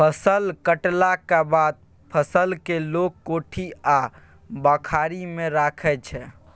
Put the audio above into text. फसल कटलाक बाद फसल केँ लोक कोठी आ बखारी मे राखै छै